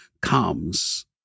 comes